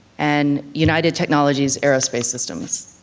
and united technologies aerospace systems.